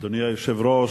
אדוני היושב-ראש,